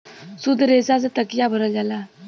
सुद्ध रेसा से तकिया भरल जाला